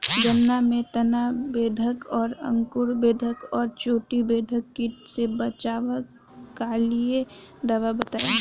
गन्ना में तना बेधक और अंकुर बेधक और चोटी बेधक कीट से बचाव कालिए दवा बताई?